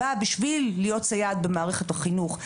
אתם בעצם לא רוצים שהצעת החוק הזאת תכלול סייעות רפואיות.